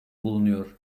bulunuyor